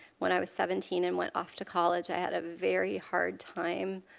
when i was seventeen and went off to college, i had a very hard time,